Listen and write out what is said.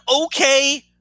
okay